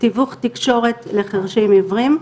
תיווך תקשורת לחרשים עיוורים,